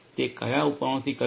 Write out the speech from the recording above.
તે કયા ઉપકરણો થી કરવી